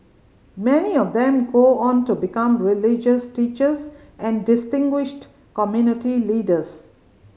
many of them go on to become religious teachers and distinguished community leaders